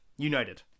United